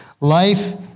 Life